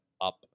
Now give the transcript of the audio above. up